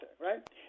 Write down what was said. right